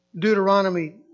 Deuteronomy